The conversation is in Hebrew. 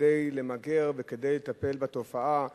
כדי למגר וכדי לטפל בתופעה,